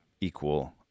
equal